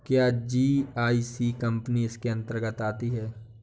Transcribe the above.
क्या GIC company इसके अन्तर्गत आती है?